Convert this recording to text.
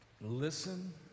listen